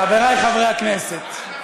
חברי חברי הכנסת,